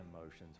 emotions